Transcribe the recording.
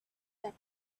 that